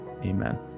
Amen